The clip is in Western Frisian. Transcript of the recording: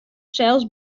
sels